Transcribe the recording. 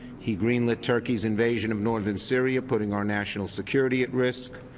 he grinned that turkey's invasion of northern syria putting our national security at risk,